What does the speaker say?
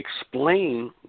explain